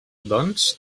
doncs